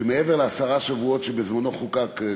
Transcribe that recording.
מעבר לעשרה שבועות שבזמנו חוקקו,